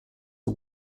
are